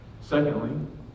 secondly